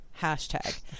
Hashtag